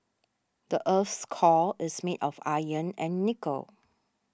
the earth's core is made of iron and nickel